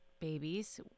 babies